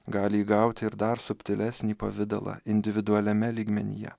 gali įgauti ir dar subtilesnį pavidalą individualiame lygmenyje